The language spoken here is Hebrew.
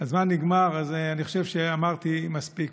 הזמן נגמר, אז אני חושב שאמרתי מספיק.